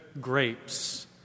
grapes